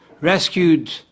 rescued